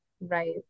right